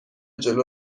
جلو